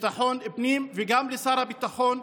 לביטחון הפנים וגם לשר הביטחון,